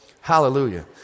Hallelujah